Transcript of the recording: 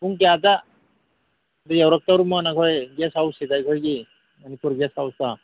ꯄꯨꯡ ꯀꯌꯥꯗ ꯌꯧꯔꯛꯇꯣꯔꯤꯃꯣ ꯃꯈꯣꯏ ꯒꯦꯁ ꯍꯥꯎꯁꯁꯤꯗ ꯑꯩꯈꯣꯏꯒꯤ ꯃꯅꯤꯄꯨꯔ ꯒꯦꯁ ꯍꯥꯎꯁꯇ